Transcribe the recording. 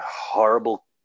horrible